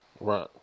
right